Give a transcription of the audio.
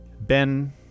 Ben